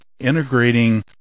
integrating